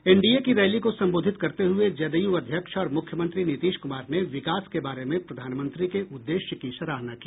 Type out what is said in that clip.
NDA की rally को संबोधित करते हुए जदयू अध्यक्ष और मुख्यमंत्री नीतीश कुमार ने विकास के बारे में प्रधानमंत्री के उद्देश्य की सराहना की